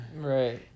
Right